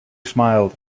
smiled